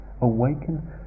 awaken